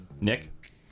nick